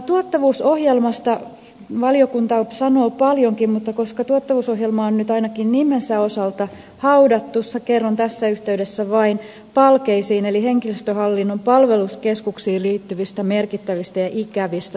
tuottavuusohjelmasta valiokunta sanoo paljonkin mutta koska tuottavuusohjelma on nyt ainakin nimensä osalta haudattu kerron tässä yh teydessä vain palkeisiin eli henkilöstöhallinnon palveluskeskuksiin liittyvistä merkittävistä ja ikävistä tarkastushavainnoistamme